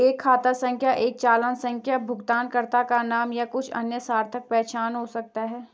एक खाता संख्या एक चालान संख्या भुगतानकर्ता का नाम या कुछ अन्य सार्थक पहचान हो सकता है